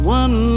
one